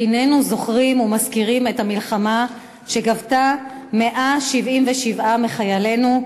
איננו זוכרים ומזכירים את המלחמה שגבתה 177 מחיילינו,